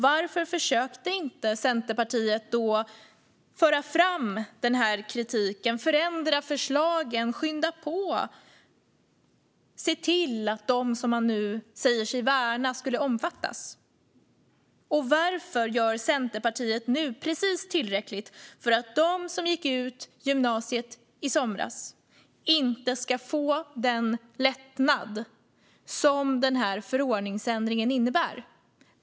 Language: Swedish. Varför försökte inte Centerpartiet då föra fram den här kritiken, förändra förslagen, skynda på och se till att de som man nu säger sig värna skulle omfattas? Och varför gör Centerpartiet nu precis tillräckligt för att de som gick ut gymnasiet i somras inte ska få den lättnad som den här förordningsändringen innebär?